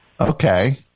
Okay